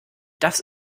das